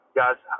guys